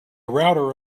router